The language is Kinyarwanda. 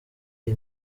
iyi